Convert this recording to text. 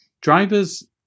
Drivers